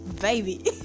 baby